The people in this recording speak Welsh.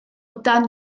dan